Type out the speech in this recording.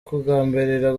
kugambirira